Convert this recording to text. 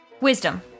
Wisdom